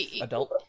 adult